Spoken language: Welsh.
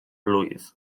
blwydd